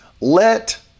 let